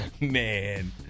Man